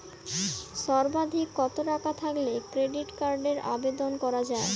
সর্বাধিক কত টাকা থাকলে ক্রেডিট কার্ডের আবেদন করা য়ায়?